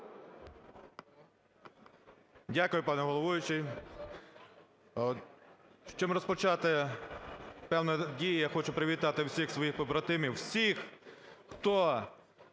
Дякую, пане головуючий. Щоб розпочати певні дії, я хочу привітати всіх своїх побратимів, всіх, хто